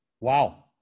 Wow